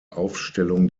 aufstellung